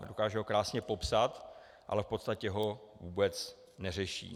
Dokáže ho krásně popsat, ale v podstatě ho vůbec neřeší.